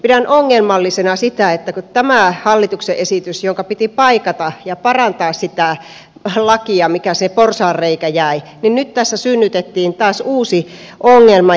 pidän ongelmallisena sitä että tällä hallituksen esityksellä jonka piti paikata ja parantaa sitä lakia mihin se porsaanreikä jäi synnytettiin nyt taas uusi ongelma